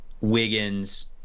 Wiggins